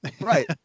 right